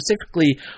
specifically